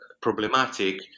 problematic